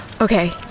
Okay